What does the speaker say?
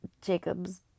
Jacob's